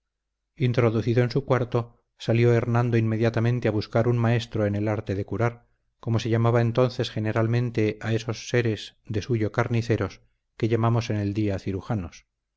introducido en su cuarto salió hernando inmediatamente a buscar un maestro en el arte de curar como se llamaba entonces generalmente a esos seres de suyo carniceros que llamamos en el día cirujanos